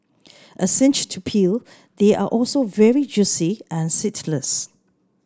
a cinch to peel they are also very juicy and seedless